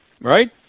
right